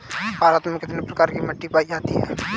भारत में कितने प्रकार की मिट्टी पायी जाती है?